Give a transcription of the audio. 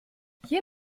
hier